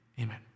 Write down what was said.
Amen